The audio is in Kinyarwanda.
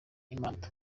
imana